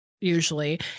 usually